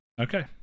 Okay